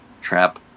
trap